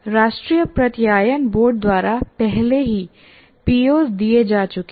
राष्ट्रीय प्रत्यायन बोर्ड द्वारा पहले ही पीओ दिए जा चुके हैं